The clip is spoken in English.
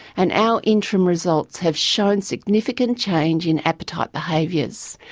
and our interim results have shown significant change in appetite behaviours,